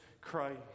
Christ